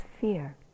fear